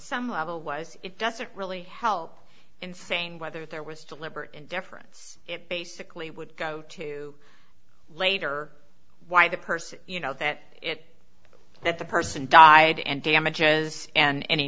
some level was it doesn't really help in saying whether there was deliberate indifference it basically would go to later why the person you know that it that the person died and damages and any